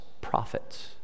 prophets